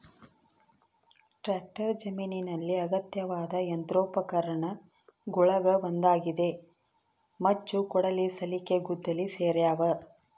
tractor ಜಮೀನಿನಲ್ಲಿ ಅಗತ್ಯವಾದ ಯಂತ್ರೋಪಕರಣಗುಳಗ ಒಂದಾಗಿದೆ ಮಚ್ಚು ಕೊಡಲಿ ಸಲಿಕೆ ಗುದ್ದಲಿ ಸೇರ್ಯಾವ